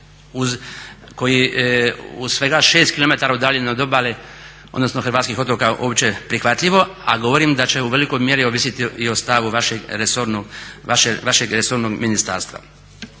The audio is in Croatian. Jadranu uz svega 6 kilometara udaljeno od obale, odnosno hrvatskih otoka opće prihvatljivo, a govorim da će u velikoj mjeri ovisiti i o stavu vašeg resornog ministarstva.